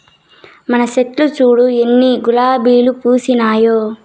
మన చెట్లు చూడు ఎన్ని గులాబీలు పూసినాయో